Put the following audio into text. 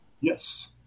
Yes